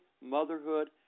motherhood